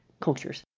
cultures